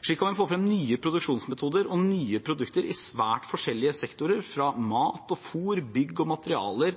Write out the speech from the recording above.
Slik kan vi få frem nye produksjonsmetoder og nye produkter i svært forskjellige sektorer, fra mat og fôr, bygg og materialer